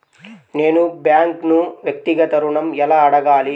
నేను బ్యాంక్ను వ్యక్తిగత ఋణం ఎలా అడగాలి?